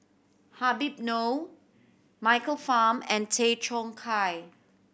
Habib Noh Michael Fam and Tay Chong Hai